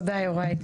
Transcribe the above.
תודה, יוראי.